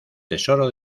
tesoro